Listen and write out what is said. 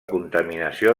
contaminació